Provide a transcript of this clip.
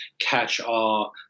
catch-all